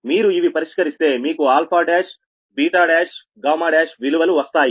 మీరు ఇవి పరిష్కరిస్తే మీకు విలువలు వస్తాయి